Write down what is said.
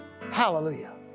hallelujah